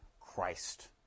Christ